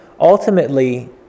Ultimately